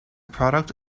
product